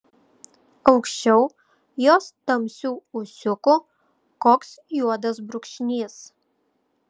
aukščiau jos tamsių ūsiukų koks juodas brūkšnys